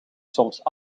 soms